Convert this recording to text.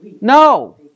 No